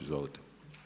Izvolite.